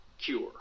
Cure